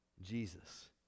Jesus